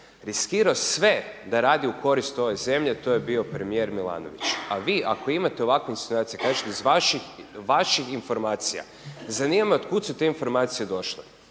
riskirao sve da radi u korist ove zemlje to je bio premijer Milanović, a vi ako imate ovakve insinuacije kažete vaših informacija zanima me od kuda su te informacije došle,